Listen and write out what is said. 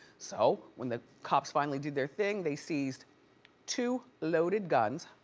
so when the cops finally do their thing, they seized two loaded guns,